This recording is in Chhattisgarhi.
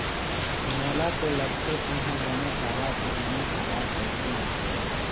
मोला तो लगथे तेंहा बने चारा भूसा नइ खवास तइसे लगथे